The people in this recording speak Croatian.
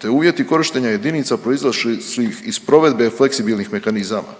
te uvjeti korištenja jedinica proizašli su iz provedbe fleksibilnih mehanizama,